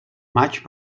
maig